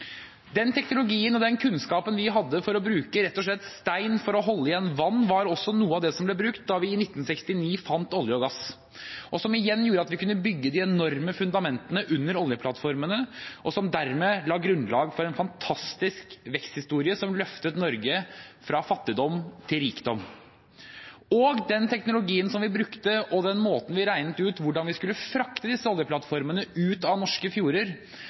Den teknologien og kunnskapen vi hadde om å bruke rett og slett stein for å holde igjen vann, var også noe av det som ble brukt da vi i 1969 fant olje og gass, som igjen gjorde at vi kunne bygge de enorme fundamentene under oljeplattformene, og som dermed la grunnlag for en fantastisk veksthistorie som løftet Norge fra fattigdom til rikdom. Den teknologien vi brukte, og måten vi regnet ut hvordan vi skulle frakte disse oljeplattformene ut av norske fjorder,